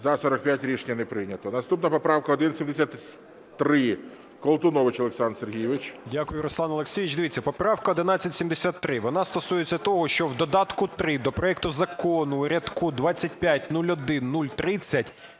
За-45 Рішення не прийнято. Наступна поправка 1173. Колтунович Олександр Сергійович. 14:31:51 КОЛТУНОВИЧ О.С. Дякую, Руслан Олексійович. Дивіться поправка 1173 вона стосується того, що в додатку 3 до проекту закону у рядку 2501030,